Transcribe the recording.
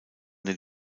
den